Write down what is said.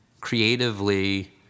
creatively